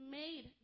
made